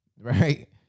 right